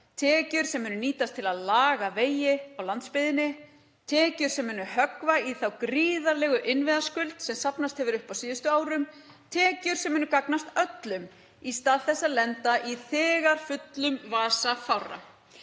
tekjur sem munu nýtast til að laga vegi á landsbyggðinni, tekjur sem munu höggva í þá gríðarlegu innviðaskuld sem safnast hefur upp á síðustu árum, tekjur sem munu gagnast öllum í stað þess að lenda í þegar fullum vasa fárra.